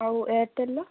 ଆଉ ଏୟାରଟେଲର